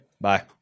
bye